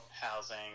Housing